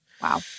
Wow